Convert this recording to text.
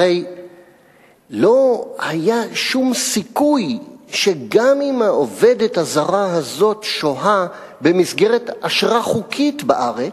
הרי לא היה שום סיכוי שהעובדת הזרה הזאת שוהה במסגרת אשרה חוקית בארץ,